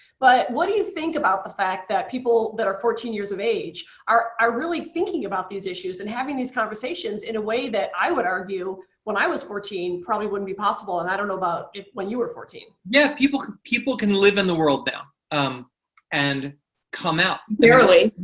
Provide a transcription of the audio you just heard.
but what do you think about the fact that people that are fourteen years of age are are really thinking about these issues and having these conversations in a way that i would argue when i was fourteen probably wouldn't be possible? and i don't know about if when you were fourteen. yeah people can people can live in the world now um and come out. barely.